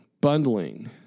bundling